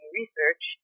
research